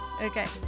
Okay